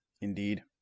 Indeed